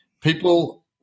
People